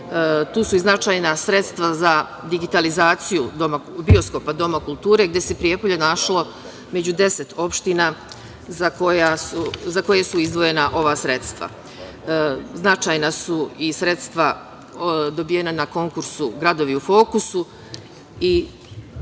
su i značajna sredstva za digitalizaciju bioskopa Doma kulture, gde se Prijepolje našlo među 10 opština za koje su izdvojena ova sredstva. Značajna su i sredstva dobijena na konkursu „Gradovi u fokusu“ i